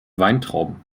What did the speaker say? weintrauben